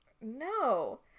No